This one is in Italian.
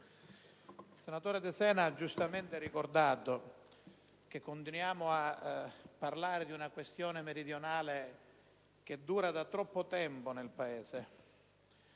il senatore De Sena ha giustamente ricordato che continuiamo a parlare di una questione meridionale che dura da troppo tempo nel Paese.